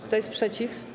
Kto jest przeciw?